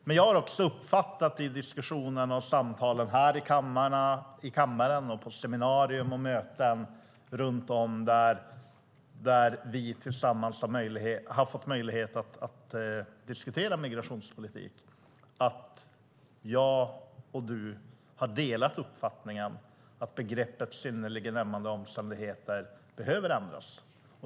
Jag har dock också uppfattat i diskussionen och samtalen här i kammaren, på seminarier och möten runt om där vi tillsammans har fått möjlighet att diskutera migrationspolitik att jag och du har delat uppfattningen att begreppet "synnerligen ömmande omständigheter" behöver ändras.